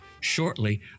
Shortly